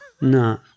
No